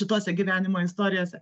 šitose gyvenimo istorijose